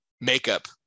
Makeup